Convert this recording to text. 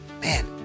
Man